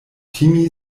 timi